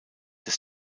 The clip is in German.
des